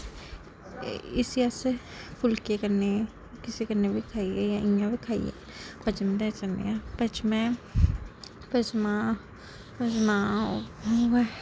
इसी अस फुलके कन्नै किसे कन्नै बी खाइयै जां इ'यां बी खाइयै इंदे कन्नै पचमें पचमां नांऽ ओह् उ'ऐ